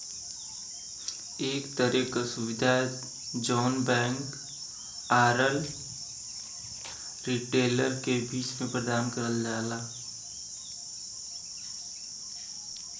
एक तरे क सुविधा जौन बैंक आउर रिटेलर क बीच में प्रदान करल जाला